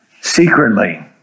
secretly